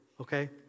okay